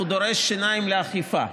הוא דורש שיניים לאכיפה.